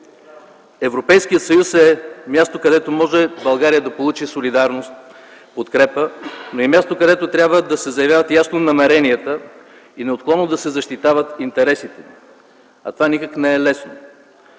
Европейският съюз е място, където България може да получи солидарност и подкрепа, но и място, където трябва да се заявяват ясно намеренията и неотклонно да се защитават интересите, а това никак не е лесно.